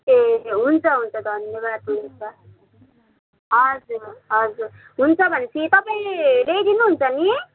ए हुन्छ हुन्छ धन्यवाद हुन्छ हजुर हजुर हुन्छ भनेपछि तपाईँ ल्याइदिनुहुन्छ नि